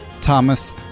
Thomas